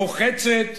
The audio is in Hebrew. המוחצת,